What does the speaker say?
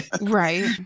Right